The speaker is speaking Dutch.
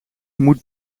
moet